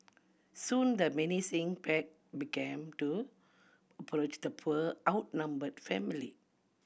soon the menacing pack began to approach the poor outnumbered family